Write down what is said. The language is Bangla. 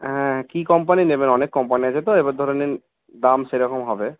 হ্যাঁ কি কোম্পানির নেবেন অনেক কোম্পানি আছে তো এবার ধরে নিন দাম সেরকম হবে